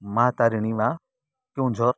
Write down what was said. ମାଆ ତାରିଣୀ ମା କେଉଁଝର